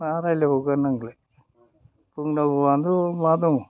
मा रायज्लायबावगोन आंलाय बुंनांगौआनोथ' मा दं